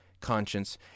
conscience